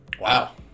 Wow